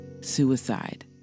suicide